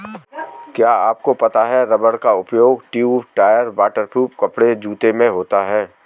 क्या आपको पता है रबर का उपयोग ट्यूब, टायर, वाटर प्रूफ कपड़े, जूते में होता है?